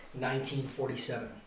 1947